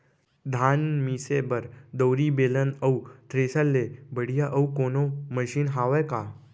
धान मिसे बर दउरी, बेलन अऊ थ्रेसर ले बढ़िया अऊ कोनो मशीन हावे का?